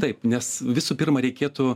taip nes visų pirma reikėtų